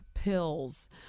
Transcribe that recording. pills